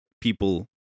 people